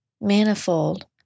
manifold